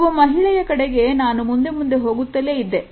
ಒಬ್ಬ ಮಹಿಳೆಯ ಕಡೆಗೆ ನಾನು ಮುಂದೆ ಮುಂದೆ ಹೋಗುತ್ತಲೇ ಇದ್ದೆ